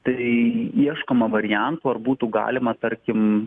tai ieškoma variantų ar būtų galima tarkim